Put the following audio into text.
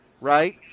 right